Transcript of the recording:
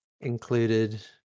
included